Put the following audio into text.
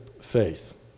faith